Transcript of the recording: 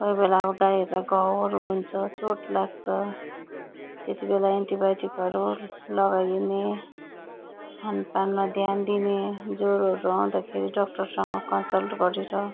कोही बेला अब गाईहरूलाई घाउहरू हुन्छ चोट लाग्छ त्यति बेला एन्टिबायोटिकहरू लगाइदिने खनपानमा ध्यान दिने ज्वरोहरू आउँदाखेरि डक्टरसँग कन्सल्ट गरेर